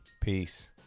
Peace